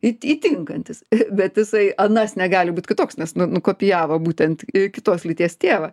įtinkantis bet jisai anas negal būt kitoks nes nukopijavo būtent kitos lyties tėvą